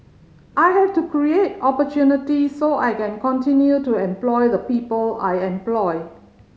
I have to create opportunity so I can continue to employ the people I employ